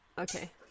okay